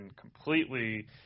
completely